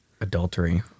Adultery